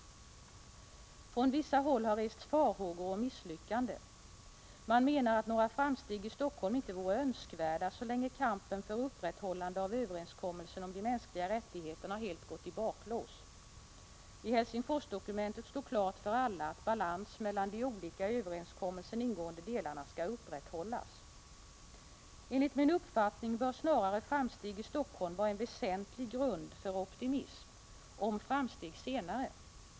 Från vissa håll har rests farhågor om misslyckande. Man menar att några framsteg i Helsingfors inte vore önskvärda så länge kampen för upprätthållande av överenskommelsen om de mänskliga rättigheterna gått helt i baklås. I Helsingforsdokumentet står klart för alla att balans mellan de olika i överenskommelsen ingående delarna skall upprätthållas. Enligt min uppfattning bör snarare framsteg i Helsingfors vara en väsentlig grund för optimism och framsteg senare.